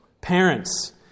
parents